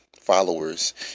followers